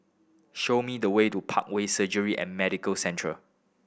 show me the way to Parkway Surgery and Medical Centre